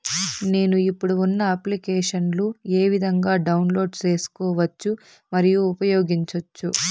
నేను, ఇప్పుడు ఉన్న అప్లికేషన్లు ఏ విధంగా డౌన్లోడ్ సేసుకోవచ్చు మరియు ఉపయోగించొచ్చు?